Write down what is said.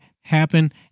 happen